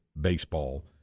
baseball